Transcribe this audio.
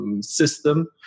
system